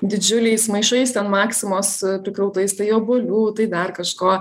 didžiuliais maišais ten maksimos prikrautais tai obuolių tai dar kažko